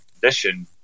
condition